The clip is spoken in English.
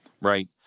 right